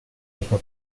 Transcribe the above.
mismo